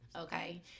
okay